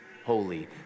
Holy